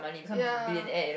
ya